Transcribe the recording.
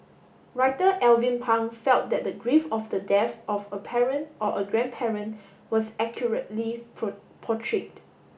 writer Alvin Pang felt that the grief of the death of a parent or a grandparent was accurately pro portrayed